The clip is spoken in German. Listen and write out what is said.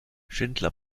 schindler